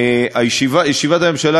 ישיבת הממשלה,